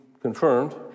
confirmed